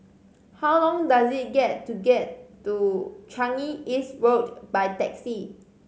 how long does it get to get to Changi East Road by taxi